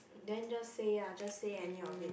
then just say ah just say any of it